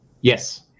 Yes